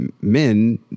Men